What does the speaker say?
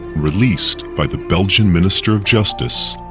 released by the belgian minister of justice,